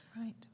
Right